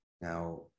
Now